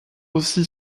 aussi